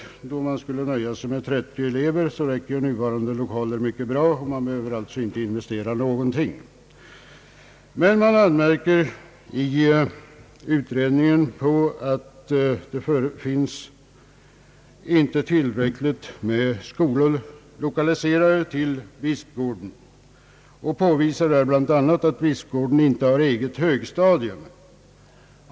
Eftersom man skulle nöja sig med 30 elever, skulle nuvarande lokaler räcka mycket bra, och man behöver inte investera någonting. Utredningen anmärker på att det inte finns tillräckligt med skolor lokaliserade till Bispgården och påvisar bl.a. att Bispgården inte har eget högstadium.